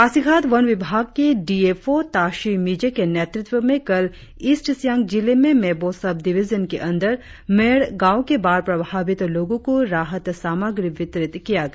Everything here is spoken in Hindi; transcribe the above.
पासीघट वन प्रभाग के D F O Tashi Mize के नेतृत्व में कल ईस्ट सियांग जिले में मेबो सव डिविजन के अंदर मेर गांव के बाढ़ प्रभावित लोगों को राहत सामग्री वितरित किया गया